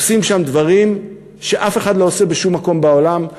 עושים שם דברים שאף אחד לא עושה בשום מקום בעולם.